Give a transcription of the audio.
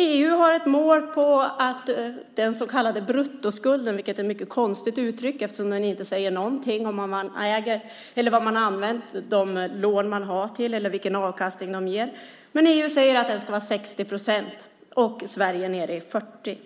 EU har ett mål på att den så kallade bruttoskulden - vilket är ett mycket konstigt uttryck eftersom det inte säger något om vad man äger eller vad man har använt de lån man har till eller vilken avkastning de ger - ska vara 60 procent. Sverige är nere i 40 procent.